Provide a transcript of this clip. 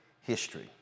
history